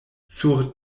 sur